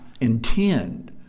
intend